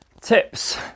tips